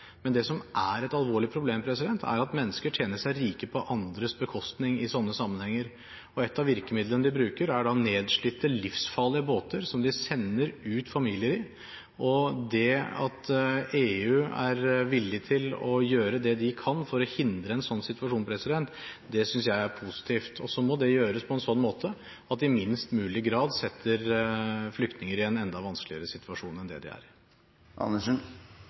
Men det som er et alvorlig problem, er at mennesker tjener seg rike på andres bekostning i slike sammenhenger. Et av virkemidlene de bruker, er nedslitte, livsfarlige båter som de sender ut familier i. Det at EU er villig til å gjøre det de kan for å hindre en slik situasjon, synes jeg er positivt. Så må det gjøres på en slik måte at det i minst mulig grad setter flyktninger i en enda vanskeligere situasjon enn de er